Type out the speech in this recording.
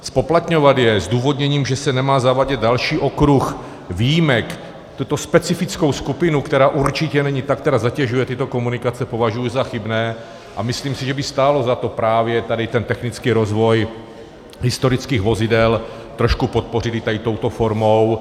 Zpoplatňovat je se zdůvodněním, že se nemá zavádět další okruh výjimek, tuto specifickou skupinu, která určitě není ta, která zatěžuje tyto komunikace, považuji za chybné a myslím si, že by stálo za to právě tady ten technický rozvoj historických vozidel trošku podpořit i tady touto formou.